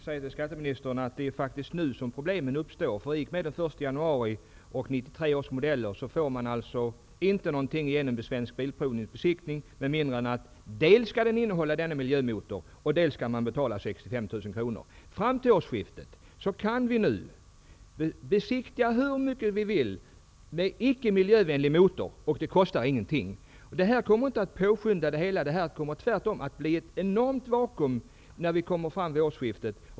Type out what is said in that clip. Herr talman! Det är faktiskt nu, skatteministern, som problemen uppstår. fr.o.m. den 1 januari 1993, och vad avser 1993-års modeller, får man inte igenom något fordon i Svensk Bilprovnings besiktning med mindre än dels att det skall ha den här miljömotorn, dels att 65 000 kr skall betalas. Fram till årsskiftet kan vi besiktiga fordon utan miljövänlig motor hur mycket vi vill. Det kostar inget extra. Det här beslutet kommer inte att påskynda det hela, utan det kommer att bli ett enormt vakuum när vi kommer fram till årsskiftet.